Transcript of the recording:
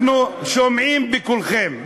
אנחנו שומעים בקולכם,